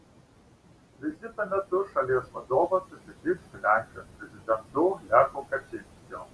vizito metu šalies vadovas susitiks su lenkijos prezidentu lechu kačynskiu